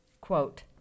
Quote